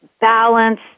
balance